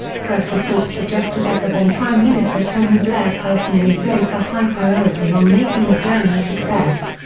press reports suggested that the then prime minister tony blair personally placed a high priority on making the dome a success.